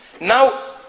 Now